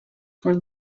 for